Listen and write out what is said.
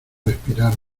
respirar